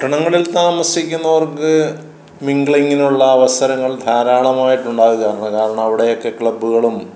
പട്ടണങ്ങളിൽ താമസിക്കുന്നവർക്ക് മിങ്കിളിങ്ങിനുള്ള അവസരങ്ങൾ ധാരാളമായിട്ടുണ്ടാകുകയാണ് കാരണം അവിടെയൊക്കെ ക്ലബുകളും